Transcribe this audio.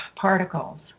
particles